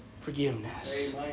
forgiveness